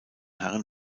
herren